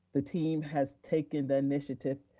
the team has taken the initiative,